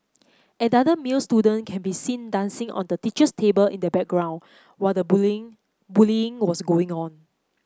another male student can be seen dancing on the teacher's table in the background while the bullying bullying was going on